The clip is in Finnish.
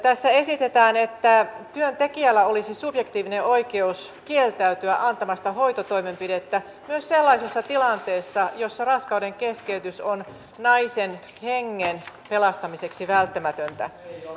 tässä esitetään että työntekijällä olisi subjektiivinen oikeus kieltäytyä antamasta hoitotoimenpidettä myös sellaisessa tilanteessa jossa raskaudenkeskeytys on naisen hengen pelastamiseksi välttämätöntä